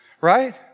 Right